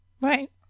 Right